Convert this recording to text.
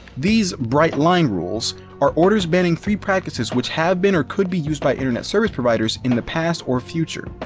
these bright-line rules are orders banning three practices which have been or could be used by internet service providers in the past or future.